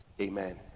Amen